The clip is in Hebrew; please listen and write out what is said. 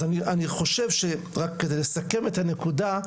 אז אני חושב שרק כדי לסכם את הנקודה,